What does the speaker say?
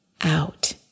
out